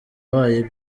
wayo